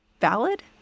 valid